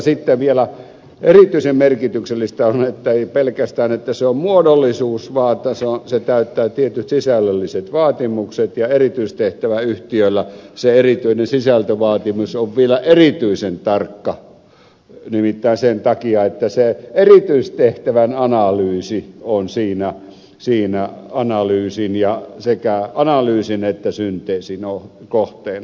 sitten vielä erityisen merkityksellistä on ei pelkästään se että se on muodollisuus vaan myös se että se täyttää tietyt sisällölliset vaatimukset ja erityistehtäväyhtiöillä se erityinen sisältövaatimus on vielä erityisen tarkka nimittäin sen takia että se erityistehtävän analyysi on siinä sekä analyysin että synteesin kohteena